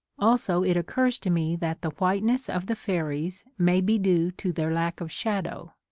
also it occurs to me that the whiteness of the fairies may be due to their lack of shadow,